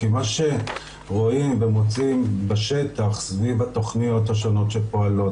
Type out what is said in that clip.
כי מה שרואים ומוצאים בשטח סביב התוכניות השונות שפועלות,